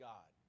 God